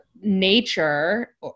nature